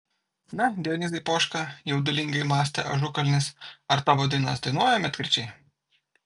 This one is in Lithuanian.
na dionizai poška jaudulingai mąstė ažukalnis ar tavo dainas dainuoja medkirčiai